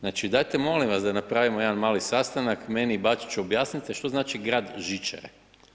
Znači, dajte molim vas da napravimo jedan mali sastanak, meni i Bačiću objasnite što znači grad žičare.